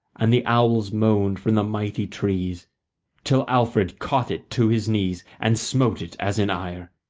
and the owls moaned from the mighty trees till alfred caught it to his knees and smote it as in ire.